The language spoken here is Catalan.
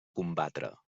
combatre